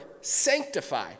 sanctify